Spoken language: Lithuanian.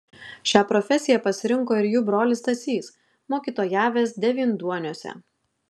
šią profesiją pasirinko ir jų brolis stasys mokytojavęs devynduoniuose